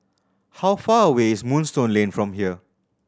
how far away is Moonstone Lane from here